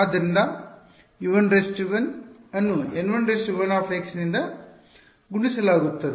ಆದ್ದರಿಂದ U11 ಅನ್ನು N11 ನಿಂದ ಗುಣಿಸಲಾಗುತ್ತದೆ